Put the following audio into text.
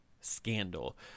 scandal